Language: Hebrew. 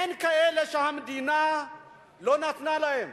אין כאלה שהמדינה לא נתנה להם.